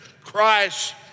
Christ